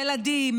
ילדים,